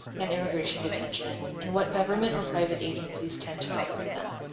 and immigration detention, and what government or private agencies tend to operate them.